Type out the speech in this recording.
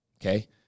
Okay